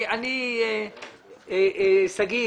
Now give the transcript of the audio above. שגית,